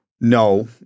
No